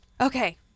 Okay